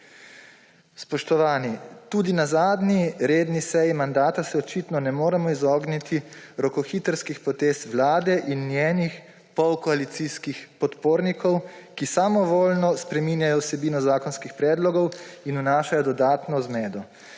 Spoštovani, tudi na zadnji redni seji mandata se očitno ne moremo izogniti rokohitrskih potez vlade in njenih polkoalicijskih podpornikov, ki samovoljno spreminjajo vsebino zakonskih predlogov in vnašajo dodatno zmedo.